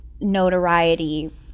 notoriety